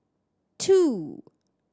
two